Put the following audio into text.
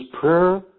prayer